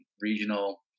regional